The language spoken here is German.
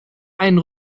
einen